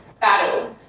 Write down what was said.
battle